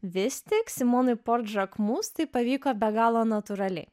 vis tik simonui port žakmus tai pavyko be galo natūraliai